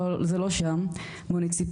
זה לא שם מוניציפלית,